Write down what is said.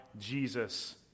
Jesus